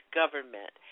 government